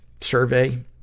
survey